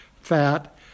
fat